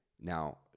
now –